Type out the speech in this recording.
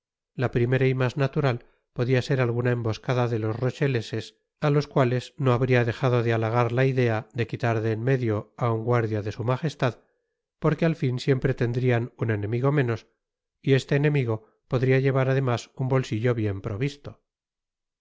la primera y mas natural podia ser alguna emboscada de los rocbeleses á los cuales no habría dejado de athagar la idea de quitar de en medio á un guardia de sú majestad porque al fin siempre tendrían un enemigo menos y este enemigo podría llevar además un bolsillo bien provisto